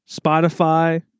Spotify